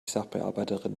sachbearbeiterin